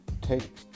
Take